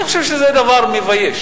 אני חושב שזה דבר מבייש.